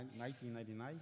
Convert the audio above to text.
1999